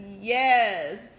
yes